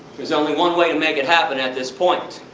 there's only one way to make it happen at this point.